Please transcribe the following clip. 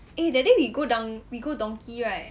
eh that day we go dang~ right we go to the donki